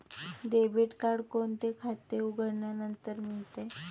Debit card कोणते खाते उघडल्यानंतर मिळते?